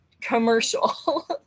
commercial